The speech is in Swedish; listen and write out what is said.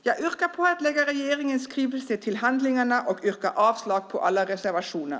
Jag yrkar att regeringens skrivelse läggs till handlingarna och avslag på alla reservationer.